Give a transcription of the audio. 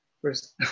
first